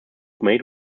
made